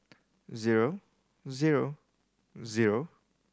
zero zero zero